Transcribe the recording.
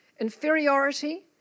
inferiority